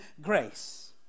grace